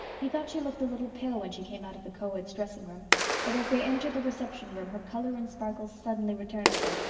he thought she looked a little pale when she came out of the coeds' dressing room but as they entered the reception room her color and sparkle suddenly returned to her.